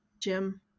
Jim